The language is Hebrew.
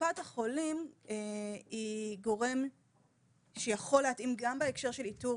קופת החולים היא גורם שיכול להתאים גם שהקשר של איתור